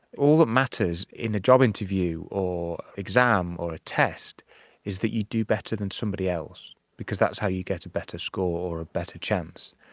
all that matters in a job interview or exam or test is that you do better than somebody else because that's how you get a better score or a better chance.